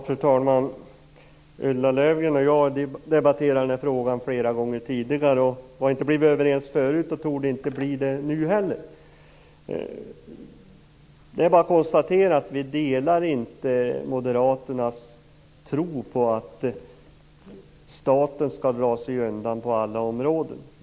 Fru talman! Ulla Löfgren och jag har debatterat den här frågan flera gånger tidigare utan att bli överens, och vi torde inte bli det nu heller. Vi socialdemokrater delar inte moderaternas tro på att staten skall dra sig undan på alla områden.